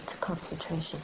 concentration